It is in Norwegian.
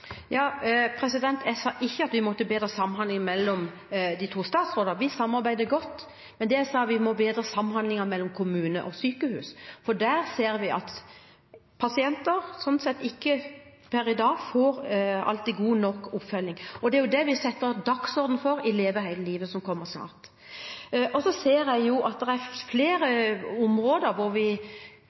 de to statsrådene, vi samarbeider godt, men jeg sa at vi må bedre samhandlingen mellom kommunene og sykehusene, for der ser vi at pasienter per i dag ikke alltid får god nok oppfølging. Det er det vi setter på dagsordenen i reformen Leve hele livet, som kommer snart. Jeg ser at vi på flere områder